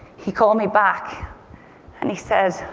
he called me back and he said,